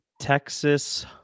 Texas